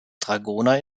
dragoner